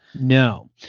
No